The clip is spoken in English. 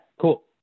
cool